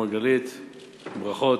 ברכות.